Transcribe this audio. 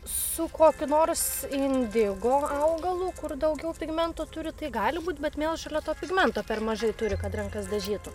su kokiu nors indigo augalu kur daugiau pigmento turi tai gali būt bet mėlžolė to pigmento per mažai turi kad rankas dažytų